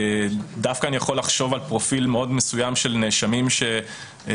אני דווקא יכול לחשוב על פרופיל מאוד מסוים של נאשמים גונבי